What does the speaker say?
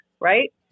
right